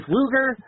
Luger